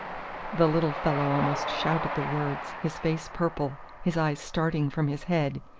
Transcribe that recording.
the little fellow almost shouted the words, his face purple, his eyes starting from his head,